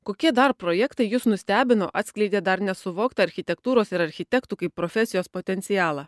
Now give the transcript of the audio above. kokie dar projektai jus nustebino atskleidė dar nesuvoktą architektūros ir architektų kaip profesijos potencialą